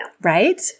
right